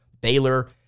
Baylor